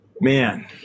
man